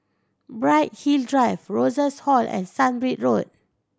Bright Hill Drive Rosas Hall and Sunbird Road